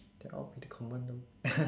they're all pretty common though